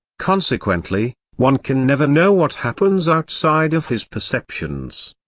consequently, one can never know what happens outside of his perceptions.